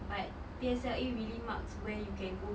but P_S_L_E really marks where you can go